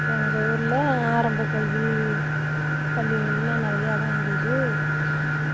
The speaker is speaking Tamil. எங்கள் ஊர்ல ஆரம்பக்கல்வி பள்ளி எல்லாம் நிறையா தான் இருக்குது